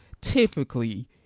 typically